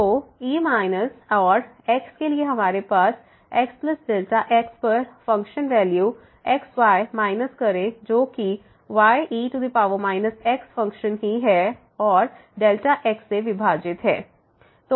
तो e और x के लिए हमारे पास xx पर फंक्शन वैल्यू x yमाइनस करें जो किye x फंक्शन ही है और x से विभाजित है